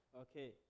Okay